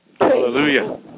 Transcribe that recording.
hallelujah